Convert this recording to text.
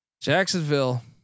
Jacksonville